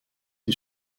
die